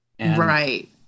Right